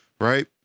right